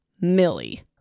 Millie